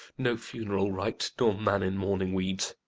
no funeral rite, nor man in mourning weed,